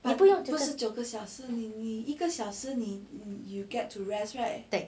对